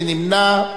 מי נמנע?